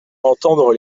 entendre